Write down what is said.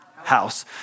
House